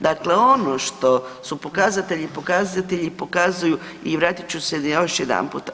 Dakle ono što su pokazatelji, pokazatelji pokazuju i vratit ću se još jedanput.